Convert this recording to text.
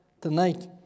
tonight